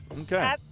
Okay